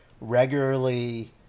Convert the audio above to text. regularly